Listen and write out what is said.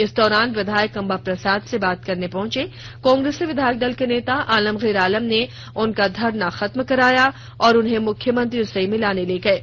इस दौरान विधायक अंबा प्रसाद से बात करने पहुंचे कांग्रेसी विधायक दल के नेता आलमगीर आलम ने उनका धरना खत्म कराया और उन्हें मुख्यमंत्री से मिलाने ले गये